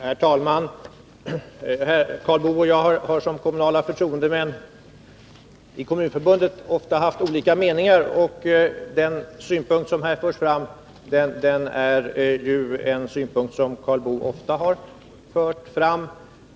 Herr talman! Karl Boo och jag har som kommunala förtroendemän i Kommunförbundet ofta haft olika meningar. Den synpunkt som han här för fram har han ofta fört fram.